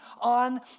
on